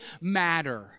matter